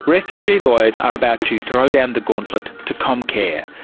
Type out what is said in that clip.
refugee lawyers are about to throw down the gauntlet to comcare.